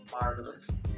marvelous